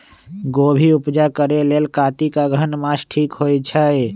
गोभि उपजा करेलेल कातिक अगहन मास ठीक होई छै